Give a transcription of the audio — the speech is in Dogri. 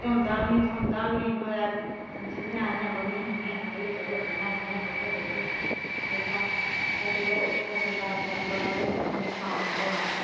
होंदा कै नी थ्होंदा के नी कुतै जियां इयां बम्बियां शम्बियां लाइये चलो करना इयां पुट्ठ सिद्ध कीता चलो फसल दा अज्ज कल्ल बड़ा गै नक्सान होआ दा